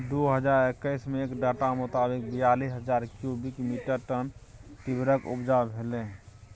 दु हजार एक्कैस मे एक डाटा मोताबिक बीयालीस हजार क्युबिक मीटर टन टिंबरक उपजा भेलै